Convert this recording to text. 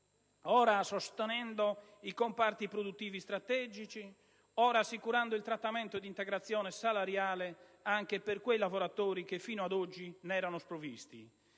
ora sostenendo i comparti produttivi strategici, ora assicurando il trattamento di integrazione salariale anche per quei lavoratori che fino ad oggi ne erano sprovvisti,